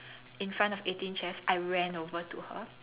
in front of Eighteen Chefs I ran over to her